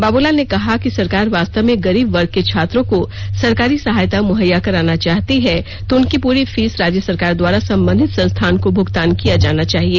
बाबूलाल ने कहा कि सरकार वास्तव में गरीब वर्ग के छात्रों को सरकारी सहायता मुहैया कराना चाहती है तो उनकी पूरी फीस राज्य सरकार द्वारा संबंधित संस्थान को भुगतान किया जाना चाहिए